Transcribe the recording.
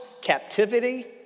captivity